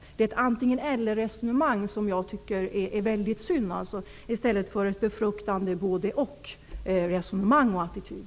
Det är ett antingen-- eller-resonemang som statsrådet för, vilket jag beklagar väldigt mycket, i stället för ett resonemang som visar på en befruktande både-- och-attityd.